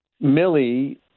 Millie